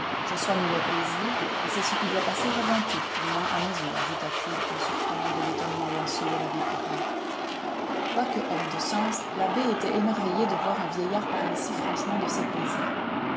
je soigne mes plaisirs et c'est ce qui doit passer avant tout du moins à mes yeux ajouta-t-il en surprenant de l'étonnement dans ceux de l'abbé pirard quoique homme de sens l'abbé était émerveillé de voir un vieillard parler si franchement de ses plaisirs